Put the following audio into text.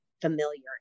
familiar